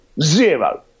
zero